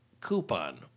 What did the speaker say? coupon